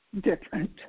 different